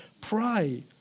pray